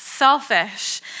selfish